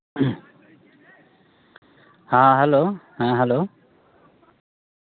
ᱦᱟᱸ ᱦᱮᱞᱳ ᱦᱮᱸ ᱦᱮᱞᱳ